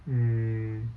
mm